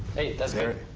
hey, that's there!